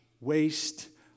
Waste